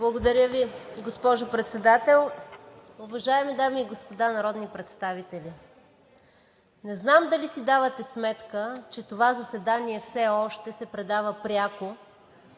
Благодаря Ви, госпожо Председател. Уважаеми дами и господа народни представители, не знам дали си давате сметка, че това заседание все още се предава пряко